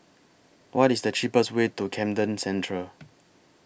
What IS The cheapest Way to Camden Centre